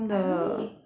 I mean it